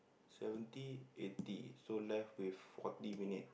seventy eighty so left with forty minute